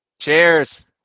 Cheers